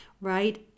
right